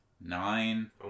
nine